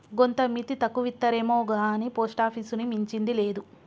గోంత మిత్తి తక్కువిత్తరేమొగాని పోస్టాపీసుని మించింది లేదు